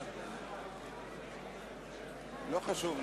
רבותי, אני מבקש מכולם לשבת במקום.